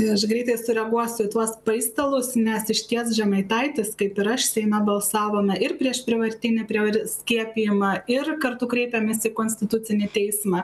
tai aš greitai sureaguos į tuos paistalus nes išties žemaitaitis kaip ir aš seime balsavome ir prieš prievartinį prev skiepijimą ir kartu kreipėmės į konstitucinį teismą